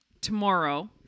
tomorrow